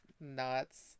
nuts